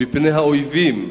מפני האויבים,